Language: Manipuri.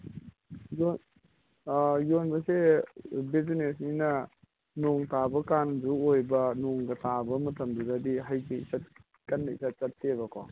ꯑꯗꯣ ꯌꯣꯟꯕꯁꯦ ꯕꯤꯖꯤꯅꯦꯁꯅꯤꯅ ꯅꯣꯡ ꯇꯥꯕ ꯀꯥꯟꯁꯨ ꯑꯣꯏꯕ ꯅꯣꯡꯒ ꯇꯥꯕ ꯃꯇꯝꯗꯨꯗꯗꯤ ꯍꯩꯁꯦ ꯏꯆꯠ ꯀꯟꯅ ꯏꯆꯠ ꯆꯠꯇꯦꯕꯀꯣ